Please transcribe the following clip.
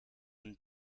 and